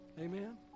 Amen